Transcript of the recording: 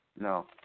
No